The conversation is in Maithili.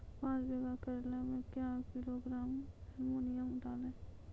पाँच बीघा करेला मे क्या किलोग्राम एलमुनियम डालें?